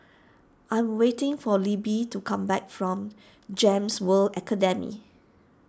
I'm waiting for Libbie to come back from Gems World Academy